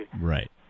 Right